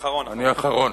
אני אחרון.